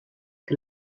que